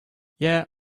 yeah